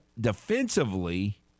defensively